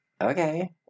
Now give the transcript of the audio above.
Okay